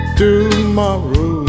tomorrow